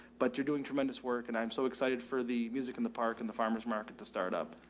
but you're doing tremendous work and i'm so excited for the music in the park and the farmer's market to start up.